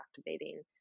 activating